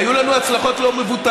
היו לנו הצלחות לא מבוטלות.